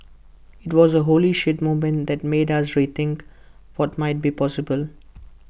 IT was A 'holy shit' moment that made us rethink what might be possible